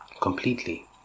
completely